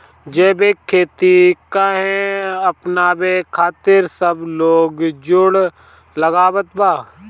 जैविक खेती काहे अपनावे खातिर सब लोग जोड़ लगावत बा?